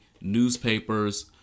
newspapers